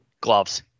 Gloves